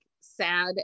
sad